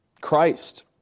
Christ